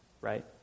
right